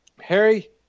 Harry